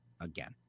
Again